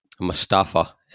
Mustafa